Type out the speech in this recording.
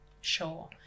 Sure